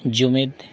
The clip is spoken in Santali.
ᱡᱩᱢᱤᱫᱽ